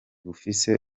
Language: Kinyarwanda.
bufise